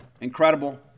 Incredible